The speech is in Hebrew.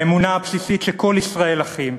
האמונה הבסיסית שכל ישראל אחים.